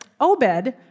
Obed